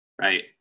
Right